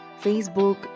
Facebook